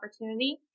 opportunity